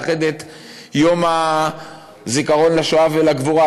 לאחד את יום הזיכרון לשואה ולגבורה,